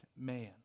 man